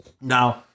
Now